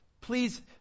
Please